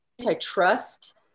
antitrust